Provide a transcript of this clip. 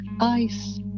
ice